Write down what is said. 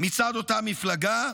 מצד אותה מפלגה,